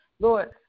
Lord